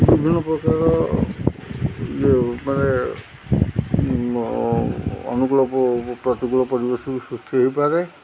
ବିଭିନ୍ନ ପ୍ରକାର ମାନେ ଅନୁକୂଳ ପ୍ରତିକୂଳ ପରିବେଶକୁ ସୃଷ୍ଟି ହେଇପାରେ